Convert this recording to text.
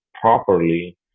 properly